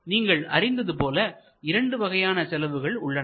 நீங்கள் அறிந்தது போல இரண்டு வகையான செலவுகள் உள்ளன